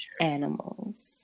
animals